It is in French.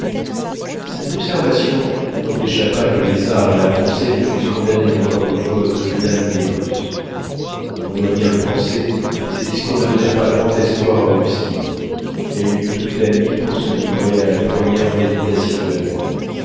cette observation n'empêcha pas que les arts et la pensée ne fussent condamnés encore une fois au tribunal du négoce comme on doit bien le penser ces discours ne donnèrent pas grand espoir à augustine elle eut toute la nuit pour se livrer à la première méditation de l'amour